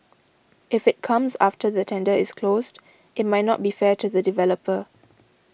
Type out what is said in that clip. if it comes after the tender is closed it might not be fair to the developer